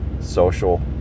social